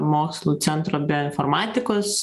mokslų centro bioinformatikos